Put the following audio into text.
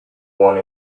one